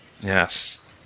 Yes